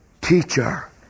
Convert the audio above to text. teacher